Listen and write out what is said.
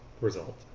result